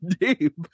deep